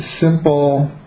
simple